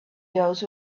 those